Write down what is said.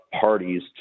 parties